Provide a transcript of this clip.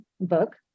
book